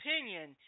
opinion